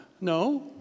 no